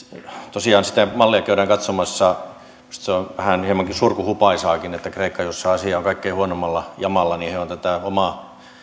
tosiaan sitä mallia käydään katsomassa ja minusta se on hieman surkuhupaisaakin että kreikassa jossa asia on kaikkein huonoimmalla jamalla he ovat tätä omaa